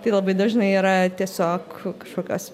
tai labai dažnai yra tiesiog kažkokios